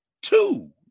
Two